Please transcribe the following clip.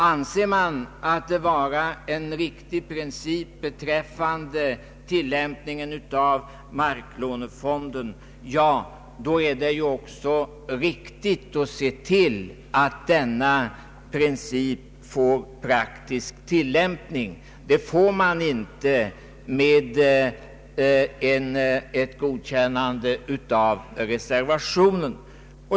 Anser man att det är en riktig princip som kommit till uttryck i inrättandet av marklånefonden, då är det också riktigt att se till att denna princip får praktisk tillämpning. Det får den inte med ett godkännande av reservationen.